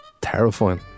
terrifying